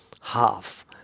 half